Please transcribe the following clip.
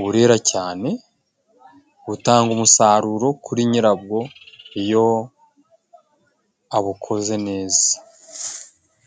burera cyane, butanga umusaruro kuri nyirabwo iyo abukoze neza.